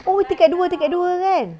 oh tingkat dua tingkat dua kan